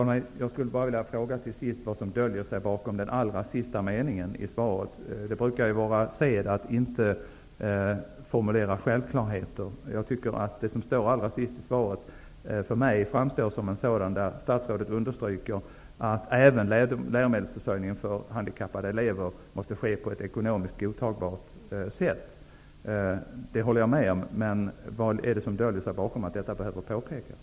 Fru talman! Till sist skulle jag bara vilja fråga vad som döljer sig bakom den allra sista meningen i svaret. Det brukar ju vara sed att inte formulera självklarheter. För mig framstår det som står allra sist i svaret som en sådan. Statsrådet understryker där att även läromedelsförsörjningen för handikappade elever måste ske på ett ekonomiskt godtagbart sätt. Det håller jag med om. Men vad är det som döljer sig bakom att detta behöver påpekas?